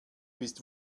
bist